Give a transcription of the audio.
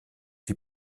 die